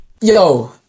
Yo